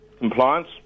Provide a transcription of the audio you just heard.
compliance